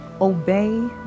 Obey